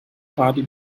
party